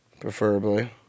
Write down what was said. Preferably